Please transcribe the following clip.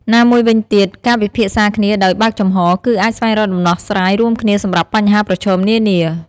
ណាមួយវិញទៀត ការពិភាក្សាគ្នាដោយបើកចំហរ គឺអាចស្វែងរកដំណោះស្រាយរួមគ្នាសម្រាប់បញ្ហាប្រឈមនានា។